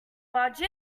barge